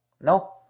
No